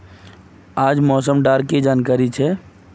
आज मौसम डा की जानकारी छै?